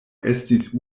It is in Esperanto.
estis